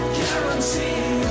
guarantee